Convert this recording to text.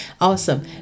awesome